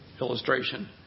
illustration